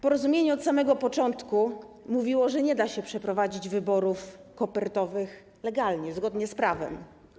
Porozumienie od samego początku mówiło, że nie da się przeprowadzić wyborów kopertowych legalnie, zgodnie z prawem.